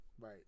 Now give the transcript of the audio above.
right